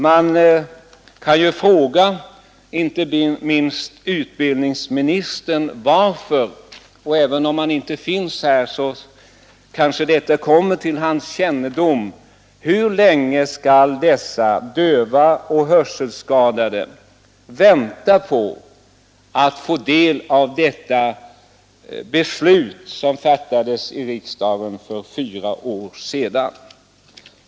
Man kan ju fråga inte minst 95 utbildningsministern — även om han inte finns här i kammaren just nu kanske vad jag nu säger kommer till hans kännedom — hur länge dessa döva och hörselskadade skall behöva vänta på att det beslut som fattades i riksdagen för fyra år sedan skall verkställas.